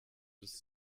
bis